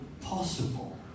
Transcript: possible